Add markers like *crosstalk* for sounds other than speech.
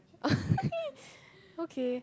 *laughs* okay